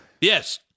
Yes